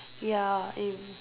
ya e~